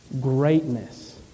greatness